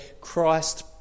Christ